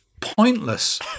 pointless